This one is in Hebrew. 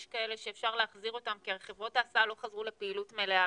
יש כאלה שאפשר להחזיר אותם כי הרי חברות ההסעה לא חזרו לפעילות מלאה,